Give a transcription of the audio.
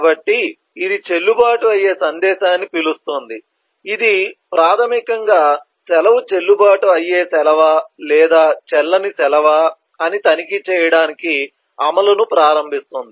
కాబట్టి ఇది చెల్లుబాటు అయ్యే సందేశాన్ని పిలుస్తుంది ఇది ప్రాథమికంగా సెలవు చెల్లుబాటు అయ్యే సెలవా లేదా చెల్లని సెలవా అని తనిఖీ చేయడానికి అమలును ప్రారంభిస్తుంది